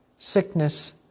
Sickness